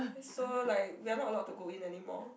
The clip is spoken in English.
so like we're not allowed to go in anymore